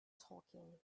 talking